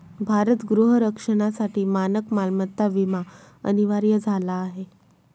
भारत गृह रक्षणासाठी मानक मालमत्ता विमा अनिवार्य झाला आहे